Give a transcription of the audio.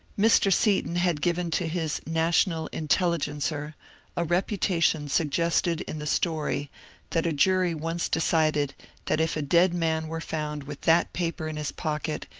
mr. seaton had given to his national intelligencer a reputation suggested in the story that a jury once decided that if a dead man were found with that paper in his pocket,